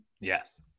Yes